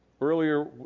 Earlier